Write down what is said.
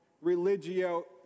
religio